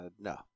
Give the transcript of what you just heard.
No